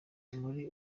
muri